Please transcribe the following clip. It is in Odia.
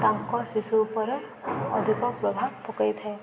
ତାଙ୍କ ଶିଶୁ ଉପରେ ଅଧିକ ପ୍ରଭାବ ପକେଇଥାଏ